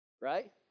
Right